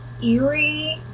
eerie